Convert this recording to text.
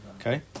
okay